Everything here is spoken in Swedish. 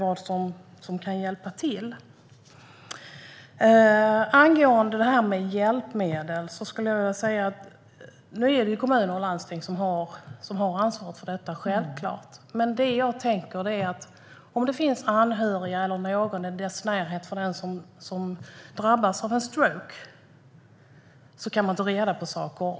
Angående hjälpmedel är det självklart kommuner och landsting som har ansvaret. Det jag tänker på är om den som drabbas av en stroke har anhöriga eller någon annan i sin närhet som kan ta reda på saker.